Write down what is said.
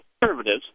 conservatives